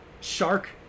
shark